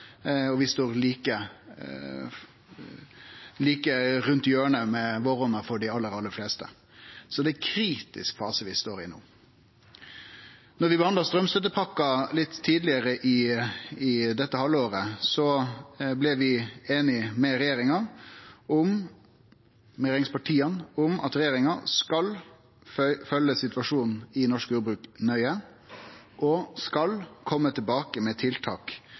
og våronna er like rundt hjørnet for dei aller, aller fleste. Så det er ein kritisk fase vi står i no. Da vi behandla straumstøttepakka litt tidlegare dette halvåret, blei vi einige med regjeringspartia om at regjeringa skal følgje situasjonen i norsk jordbruk nøye, og ein skal kome tilbake med tiltak